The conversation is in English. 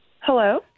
Hello